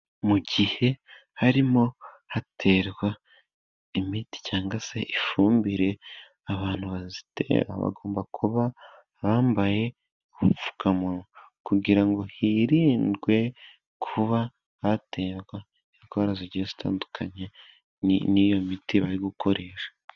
Mu gihe harimo haterwa imiti cyangwa se ifumbire abantu bayitera bagomba kuba bambaye ubupfukamunwa, kugira ngo hirindwe kuba haterwa indwara zigiye zitandukanye n'iyo miti bari gukoresha.